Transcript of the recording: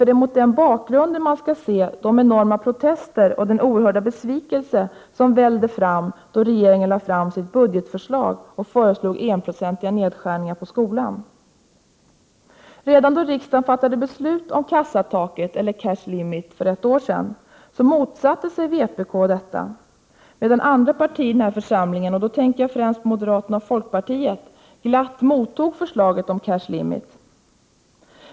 Det är mot den bakgrunden man skall se de enorma protester och den oerhörda besvikelse som vällde fram då regeringen lade fram sitt budgetförslag och föreslog enprocentiga nedskärningar på skolan. Redan då riksdagen för ett år sedan fattade beslut om kassataket, eller cash-limit, motsatte sig vpk detta, medan andra partier i den här församlingen — jag tänker då främst på moderaterna och folkpartiet — glatt mottog förslaget om cash limit.